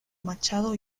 machado